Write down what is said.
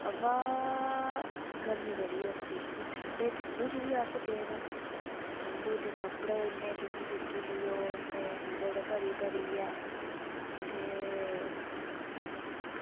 बाऽ गर्मी बड़ी होंदी ही बाऽ ठंड च बी अस गेदे ठंडु च कपड़े इन्ने इन्ने लेई चलो ते गुदड़ भरी भरियै ते